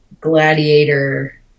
gladiator